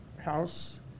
house